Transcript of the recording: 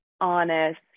honest